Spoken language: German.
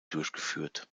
durchgeführt